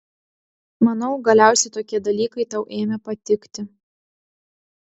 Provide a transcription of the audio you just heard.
manau galiausiai tokie dalykai tau ėmė patikti